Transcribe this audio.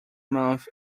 month